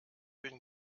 bin